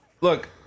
Look